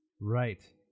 Right